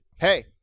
hey